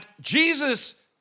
Jesus